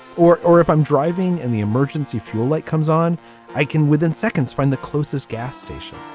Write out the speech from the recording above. or or if i'm driving and the emergency fuel light comes on i can within seconds from the closest gas station.